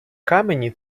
камені